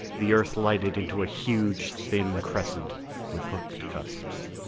the earth lighted into a huge, thin crescent with hooked cusps.